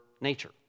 nature